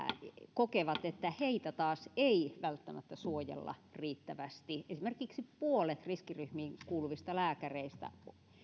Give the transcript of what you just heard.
kokevat että heitä taas ei välttämättä suojella riittävästi esimerkiksi puolet riskiryhmiin kuuluvista lääkäreistä